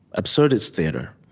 absurdist theater